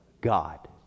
God